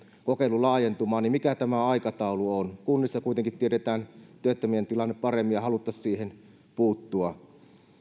kokeilu laajentumaan mikä tämä aika taulu on kunnissa kuitenkin tiedetään työttömien tilanne paremmin ja haluttaisiin siihen puuttua